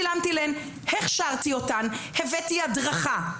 הכשרתי אותן, הבאתי הדרכה,